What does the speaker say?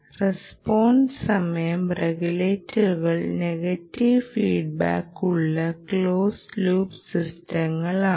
response സമയ റെഗുലേറ്ററുകൾ negative ഫീഡ്ബാക്കുള്ള ക്ലോസ് ലൂപ്പ് സിസ്റ്റങ്ങളാണ്